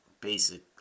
basic